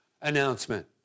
announcement